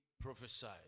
prophesied